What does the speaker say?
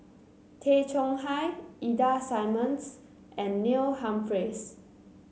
Tay Chong Hai Ida Simmons and Neil Humphreys